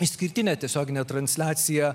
išskirtinė tiesioginė transliacija